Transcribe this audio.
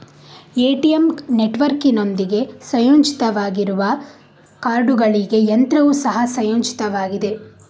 ATM ನೆಟ್ವರ್ಕಿನೊಂದಿಗೆ ಸಂಯೋಜಿತವಾಗಿರುವ ಕಾರ್ಡುಗಳಿಗೆ ಯಂತ್ರವು ಸಹ ಸಂಯೋಜಿತವಾಗಿದೆ